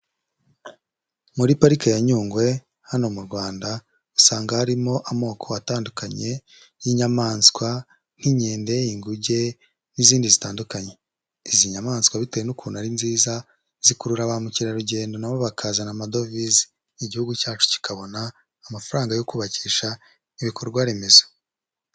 Muri parike ya Nyungwe hano mu Rwanda usanga harimo amoko atandukanye y'inyamaswa, nk'inkende, inguge n'izindi zitandukanye, izi nyamaswa bitewe n'ukuntu ari nziza zikurura ba mukerarugendo na bo bakazana amadovize, igihugu cyacu kikabona amafaranga yo kubakisha ibikorwa remezo.